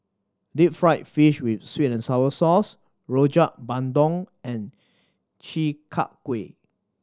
deep fried fish with sweet and sour sauce Rojak Bandung and Chi Kak Kuih